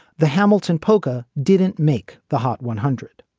the hamiilton poca didn't make the hot one hundred.